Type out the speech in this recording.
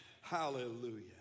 Hallelujah